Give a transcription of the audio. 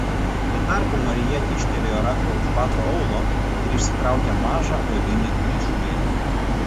tuo tarpu marija kyštelėjo ranką už bato aulo ir išsitraukė mažą odinį ryšulėlį